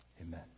Amen